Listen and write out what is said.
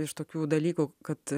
iš tokių dalykų kad